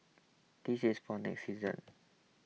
this is for next season